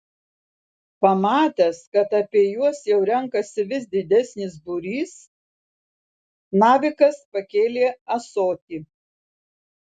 pamatęs kad apie juos jau renkasi vis didesnis būrys navikas pakėlė ąsotį